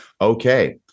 Okay